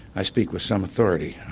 i speak with some authority